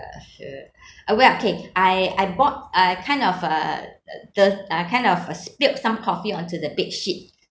uh uh uh when okay I bought I kind of uh uh the I kind of uh spilt some coffee onto the bedsheet